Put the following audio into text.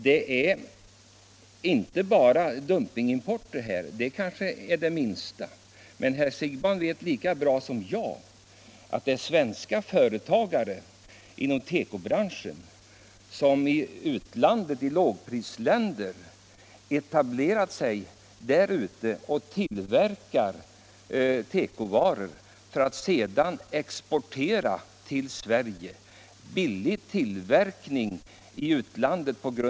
Det är inte så mycket fråga om dumping här. Herr Siegbahn vet lika bra som jag att svenska företagare inom tekobranschen har etablerat sig i lågprisländer för att tillverka varor som de sedan exporterar till Sverige.